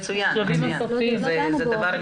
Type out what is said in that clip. זה דבר נפלא.